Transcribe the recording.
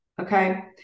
Okay